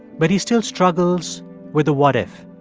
but he still struggles with the what if.